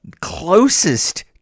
closest